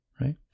right